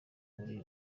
uri